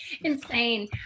Insane